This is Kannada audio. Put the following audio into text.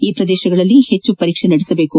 ಈ ಪ್ರದೇಶಗಳಲ್ಲಿ ಹೆಚ್ಚು ಪರೀಕ್ಷೆ ನಡೆಸಬೇಕು